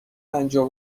پنجاه